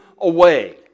away